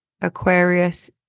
Aquarius